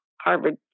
Harvard